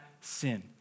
sin